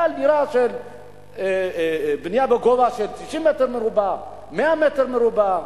אבל דירה בגודל של 90 מטר מרובע, 100 מטר מרובע.